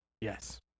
Yes